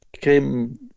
came